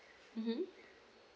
mmhmm